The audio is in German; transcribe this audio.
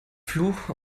fluch